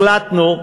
החלטנו,